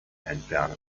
entfernen